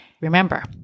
Remember